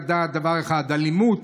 לדעת דבר אחד: אלימות,